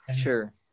Sure